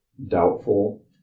Doubtful